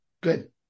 Good